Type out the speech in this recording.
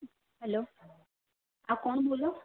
hello હા કોણ બોલો